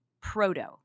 Proto